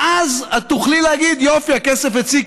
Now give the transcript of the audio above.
ואז את תוכלי להגיד: יופי, הכסף אצלי.